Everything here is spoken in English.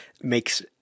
makes